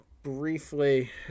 briefly